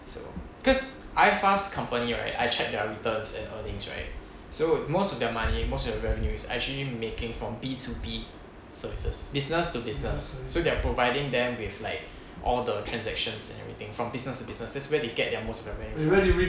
so cause ifast company right I check their returns and earnings right so most of their money most of the revenues are actually making from B to B services business to business so they're providing them with like all the transactions and everything from business to business that's where they get their most revenues from